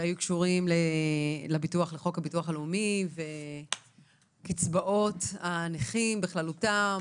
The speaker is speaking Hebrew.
שהיו קשורים לחוק הביטוח הלאומי ולקצבאות הנכים בכללותן,